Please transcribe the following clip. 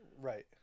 right